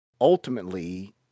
ultimately